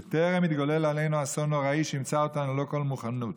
בטרם יתגולל עלינו אסון נוראי שימצא אותנו ללא כל מוכנות.